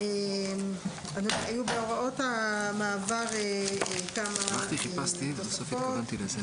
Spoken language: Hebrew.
היו בהוראות המעבר כמה תוספות.